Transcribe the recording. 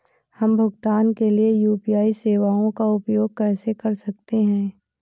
हम भुगतान के लिए यू.पी.आई सेवाओं का उपयोग कैसे कर सकते हैं?